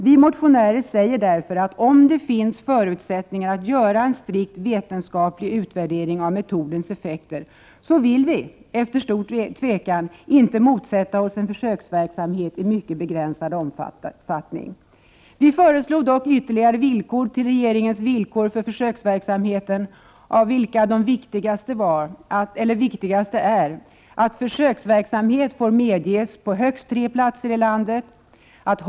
Vi motionärer säger därför att om det finns förutsättningar att göra en strikt vetenskaplig utvärdering av metodens effekter, vill vi efter stor tvekan inte motsätta oss en försöksverksamhet i mycket begränsad omfattning. Vi föreslog dock ytterligare villkor för försöksverksamheten, av vilka följande är de viktigaste: Försöksverksamhet får medges på högst tre platser i landet.